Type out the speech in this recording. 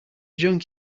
junk